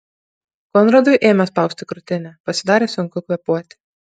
konradui ėmė spausti krūtinę pasidarė sunku kvėpuoti